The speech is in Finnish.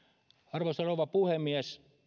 arvoisa rouva puhemies